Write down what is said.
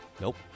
Nope